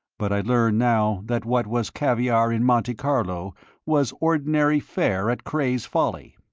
but i learned now that what was caviare in monte carlo was ordinary fare at cray's folly.